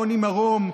רוני מרום,